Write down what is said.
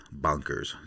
bonkers